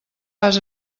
vas